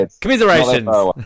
commiserations